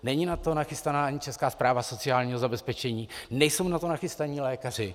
Není na to nachystaná ani Česká správa sociálního zabezpečení, nejsou na to nachystaní lékaři.